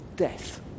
death